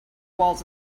walls